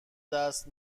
دست